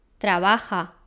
trabaja